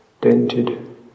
dented